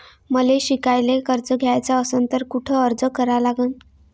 मले शिकायले कर्ज घ्याच असन तर कुठ अर्ज करा लागन?